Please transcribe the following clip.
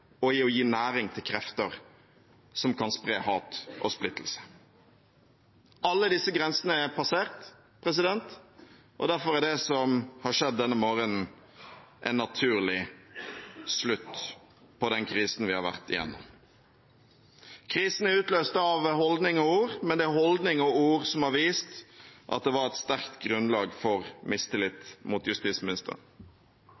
konspirasjonsteorier og å gi næring til krefter som kan spre hat og splittelse. Alle disse grensene er passert, og derfor er det som har skjedd denne morgenen, en naturlig slutt på den krisen vi har vært igjennom. Krisen er utløst av holdning og ord, men det er holdning og ord som har vist at det var et sterkt grunnlag for mistillit